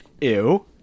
ew